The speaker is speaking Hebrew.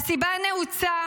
הסיבה נעוצה